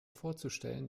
vorzustellen